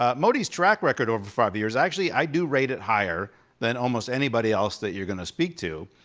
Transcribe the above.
um modi's track record over five years, actually, i do rate it higher than almost anybody else that you're gonna speak to,